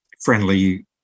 friendly